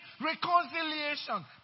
reconciliation